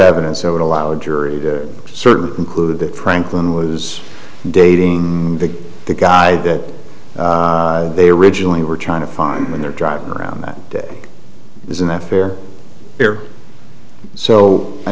evidence that would allow the jury a certain clue that franklin was dating big the guy that they originally were trying to find when they're driving around that day isn't that fair here so i